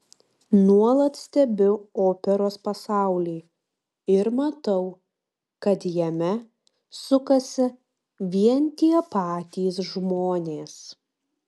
nuolat stebiu operos pasaulį ir matau kad jame sukasi vien tie patys žmonės